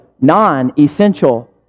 non-essential